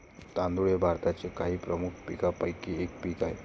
तांदूळ हे भारताच्या काही प्रमुख पीकांपैकी एक पीक आहे